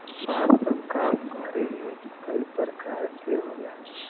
बांस क काम घरे में कई परकार से होला